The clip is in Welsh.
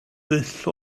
dull